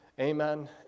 Amen